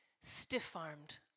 stiff-armed